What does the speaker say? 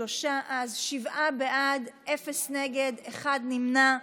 שבעה בעד, אפס נגד, אחד נמנע.